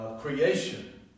creation